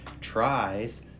tries